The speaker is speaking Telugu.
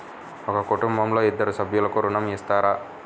ఒక కుటుంబంలో ఇద్దరు సభ్యులకు ఋణం ఇస్తారా?